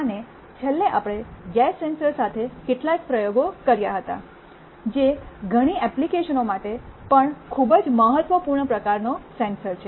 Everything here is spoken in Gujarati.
અને છેલ્લે આપણે ગેસ સેન્સર સાથે કેટલાક પ્રયોગો કર્યા હતા જે ઘણી એપ્લિકેશનો માટે પણ ખૂબ જ મહત્વપૂર્ણ પ્રકારનો સેન્સર છે